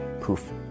poof